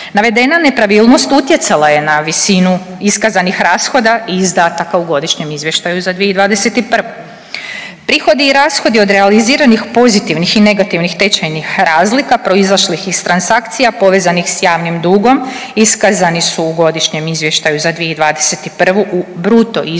Navedena nepravilnost utjecala je na visinu iskazanih rashoda i izdataka u godišnjem izvještaju za 2021.. Prihodi i rashodi od realiziranih pozitivnih i negativnih tečajnih razlika proizašlih iz transakcija, povezanih s javnim dugom, iskazani su u godišnjem izvještaju za 2021. u bruto iznosu